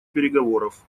переговоров